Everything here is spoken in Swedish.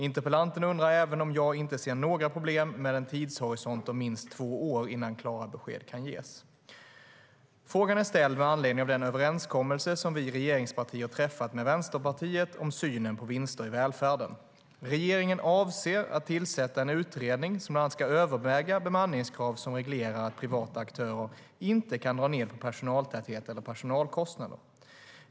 Interpellanten undrar även om jag inte ser några problem med en tidshorisont på minst två år innan klara besked kan ges.Frågan är ställd med anledning av den överenskommelse som vi regeringspartier har träffat med Vänsterpartiet om synen på vinster i välfärden. Regeringen avser att tillsätta en utredning som bland annat ska överväga bemanningskrav som reglerar att privata aktörer inte kan dra ned på personaltäthet eller personalkostnader.